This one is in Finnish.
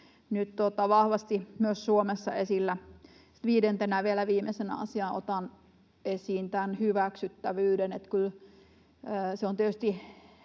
vahvasti myös Suomessa esillä. Viidentenä, vielä viimeisenä asiana otan esiin tämän hyväksyttävyyden. Kyllä se on tietysti